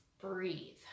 breathe